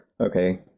okay